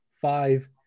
five